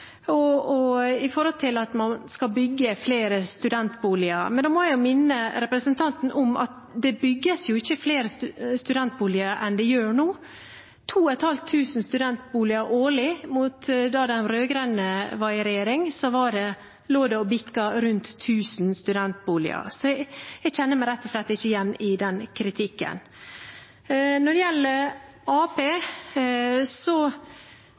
Og når det gjelder at man skal bygge flere studentboliger, må jeg minne representanten om at det aldri før har blitt bygd flere studentboliger enn det blir nå – 2 500 studentboliger årlig. Da de rød-grønne var i regjering, lå det og bikket rundt 1 000 studentboliger. Så jeg kjenner meg rett og slett ikke igjen i den kritikken. Når det gjelder